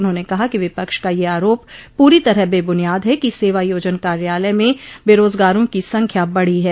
उन्होंने कहा कि विपक्ष का यह आरोप पूरी तरह बेबुनियाद है कि सेवा योजन कार्यालय में बेरोजगारों की संख्या बढ़ी है